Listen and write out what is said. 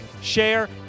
share